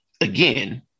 again